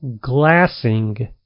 glassing